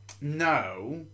No